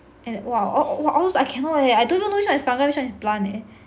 and !wah! all tho~ all those I cannot leh I don't even know which one is fungi which one is plant eh